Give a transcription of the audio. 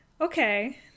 Okay